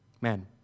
man